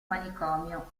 manicomio